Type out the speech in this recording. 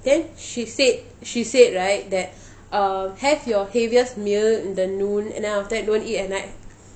then she said she said right that uh have your heaviest meal in the noon and then after that don't eat at night